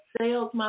sales